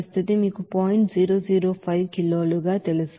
005 కిలోలు తెలుసు